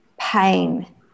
pain